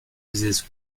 users